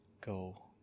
Go